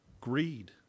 greed